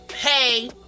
hey